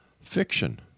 fiction